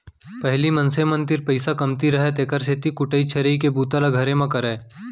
पहिली मनखे मन तीर पइसा कमती रहय तेकर सेती कुटई छरई के बूता ल घरे म करयँ